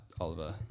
Oliver